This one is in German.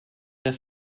der